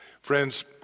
Friends